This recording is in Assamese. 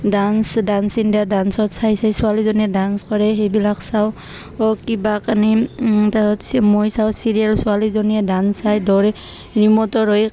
ডান্স ডান্স ইণ্ডিয়া ডান্সত চাই চাই ছোৱালীজনীয়ে ডান্স কৰে সেইবিলাক চাওঁ অ কিবা কণি তত মই চাওঁ ছিৰিয়েল ছোৱালীজনীয়ে ডান্স চাই দৰে ৰিমটৰ হৈ